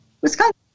Wisconsin